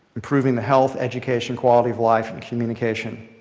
improving the health, education, quality of life, and communication.